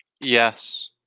Yes